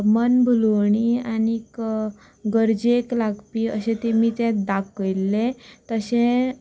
मन भुलवणी आनीक गरजेक लागपी अशें तें तुमी दाखयले तशें